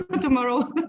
tomorrow